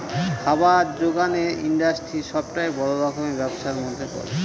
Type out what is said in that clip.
খাবার জোগানের ইন্ডাস্ট্রি সবটাই বড় রকমের ব্যবসার মধ্যে পড়ে